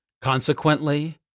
Consequently